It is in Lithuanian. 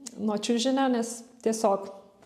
nuo čiužinio nes tiesiog